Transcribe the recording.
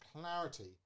clarity